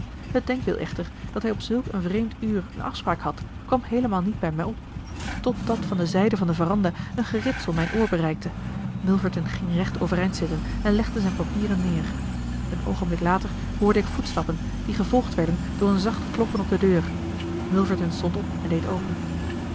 het denkbeeld echter dat hij op zulk een vreemd uur een afspraak had kwam heelemaal niet bij mij op totdat van de zijde van de veranda een geritsel mijn oor bereikte milverton ging recht overeind zitten en legde zijn papieren neer een oogenblik later hoorde ik voetstappen die gevolgd werden door een zacht kloppen op de deur milverton stond op en deed open